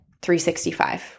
365